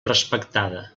respectada